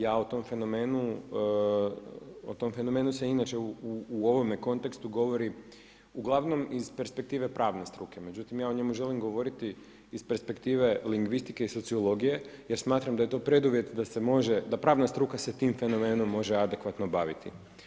Ja o tom fenomenu se inače u ovome kontekstu govori uglavnom iz perspektive pravne struke, međutim ja o njemu želim govoriti iz perspektive lingvistike i sociologije jer smatram da je to preduvjet da se pravna struka s tim fenomenom može adekvatno baviti.